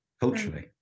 culturally